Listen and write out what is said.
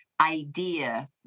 idea